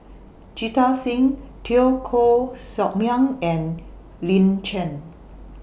Jita Singh Teo Koh Sock Miang and Lin Chen